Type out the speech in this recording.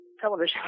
television